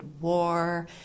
war